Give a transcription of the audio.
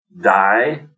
die